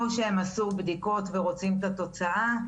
או שהם עשו בדיקות ורוצים את התוצאה,